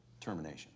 termination